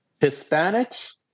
Hispanics